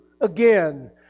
again